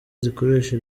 zikoresha